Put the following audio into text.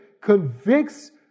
convicts